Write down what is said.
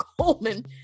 Coleman